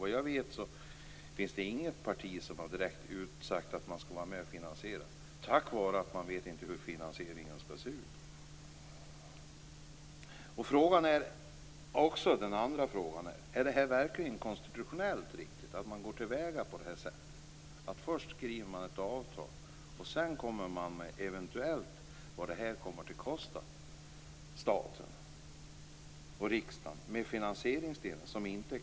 Vad jag vet finns det inget parti som klart har sagt att de vill vara med och finansiera just på grund av att det inte vet hur finansieringen skall se ut. Är det verkligen konstitutionellt riktigt att gå till väga på det här sättet? Först skriver man ett avtal, sedan kommer man eventuellt fram till vad det hela skall kosta staten och riksdagen. Finansieringsdelen är inte klar.